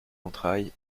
entrailles